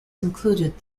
included